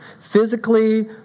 physically